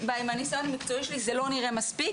מהניסיון המקצועי שלי זה לא נראה מספיק.